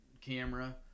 camera